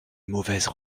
mauvaises